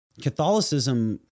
Catholicism